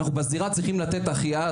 בזירה צריכים לתת החייאה,